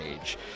age